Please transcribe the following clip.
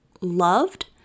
loved